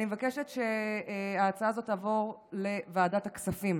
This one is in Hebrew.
אני מבקשת שההצעה הזאת תעבור לוועדת הכספים.